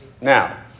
Now